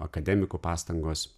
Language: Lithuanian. akademikų pastangos